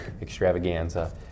extravaganza